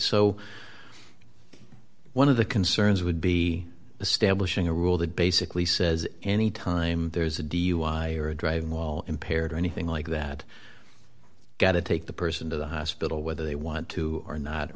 so one of the concerns would be establishing a rule that basically says any time there's a dui or a driving while impaired or anything like that gotta take the person to the hospital whether they want to or not